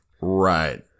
Right